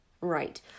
Right